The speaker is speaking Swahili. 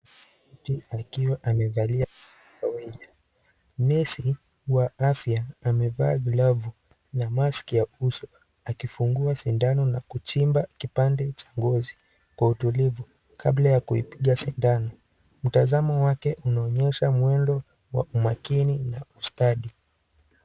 Mtu akiwa amevalia . Nesi wa afya amevaa glovu na mask ya uso akifungua sindano na kuchimba kipande cha ngozi kwa utuivu kabla ya kuipiga sindano, mtazamo wake unaonyesha mwendo wa umakini na ustadi.